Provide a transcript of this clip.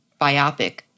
biopic